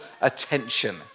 attention